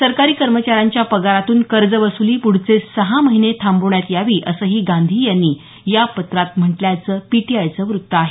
सरकारी कर्मचाऱ्यांच्या पगारातून कर्जवसुली पुढचे सहा महिने थांबवण्यात यावी असंही गांधी यांनी या पत्रात म्हटल्याचं पीटीआयचं वृत्त आहे